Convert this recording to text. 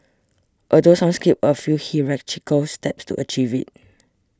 although some skipped a few hierarchical steps to achieve it